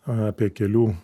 apie kelių